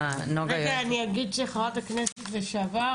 חברת הכנסת לשעבר,